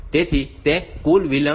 તેથી તે કુલ વિલંબ 28